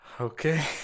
okay